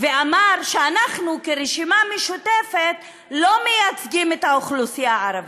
ואמר שאנחנו כרשימה משותפת לא מייצגים את האוכלוסייה הערבית.